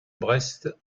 brest